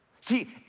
See